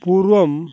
पूर्वम्